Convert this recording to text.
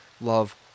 love